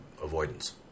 avoidance